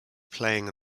playing